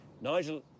Nigel